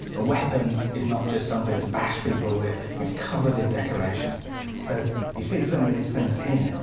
a weapon is not just something to bash people with it's covered in decoration so you see some of these things here,